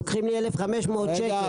לוקחים ממני 1,500 שקל.